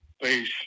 Please